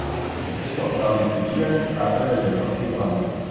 nukrito atgal į sėdynę perdavė liniuotę ivanui